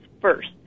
first